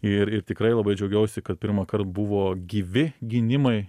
ir ir tikrai labai džiaugiausi kad pirmąkart buvo gyvi gynimai